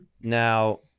now